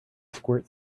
squirt